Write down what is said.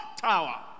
tower